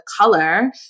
color